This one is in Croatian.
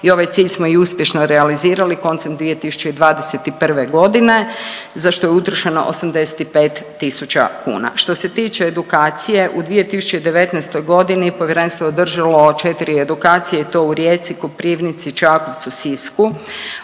i ovaj cilj smo i uspješno realizirali koncem 2021.g. za što je utrošeno 85 tisuća kuna. Što se tiče edukacije u 2019.g. Povjerenstvo je održalo 4 edukacije i to u Rijeci, Koprivnici, Čakovcu, Sisku,